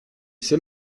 c’est